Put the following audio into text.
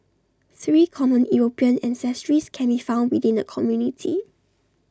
three common european ancestries can be found within the community